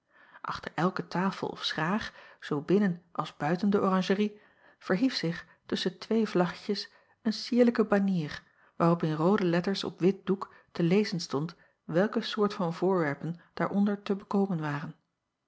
chter elke tafel of schraag zoo binnen als buiten de oranjerie verhief zich tusschen twee vlaggetjes een cierlijke banier waarop in roode letters op wit doek te lezen stond welke soort van voorwerpen daaronder te bekomen waren